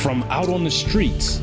from out on the streets